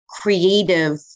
Creative